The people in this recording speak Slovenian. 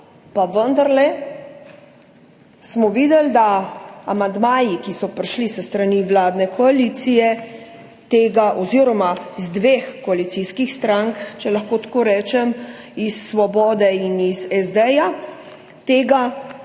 Pa vendarle smo videli, da amandmaji, ki so prišli s strani vladne koalicije oziroma dveh koalicijskih strank, če lahko tako rečem, iz Svobode in SD, tega